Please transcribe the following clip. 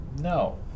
no